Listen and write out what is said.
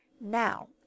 Now